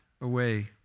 away